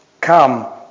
come